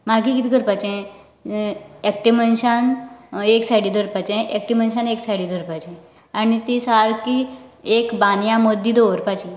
मागीर कितें करपाचे एकटे मनशान एक सायडीन धरपाचे एकटे मनशान एक सायडीन धरपाचे आनी ती सारकी एक बांदयां मद्दी दवरपाची